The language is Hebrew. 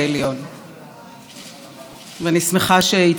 אני שמחה שהצטרפה אלינו עכשיו שרת המשפטים.